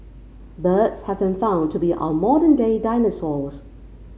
birds have been found to be our modern day dinosaurs